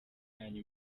yanyu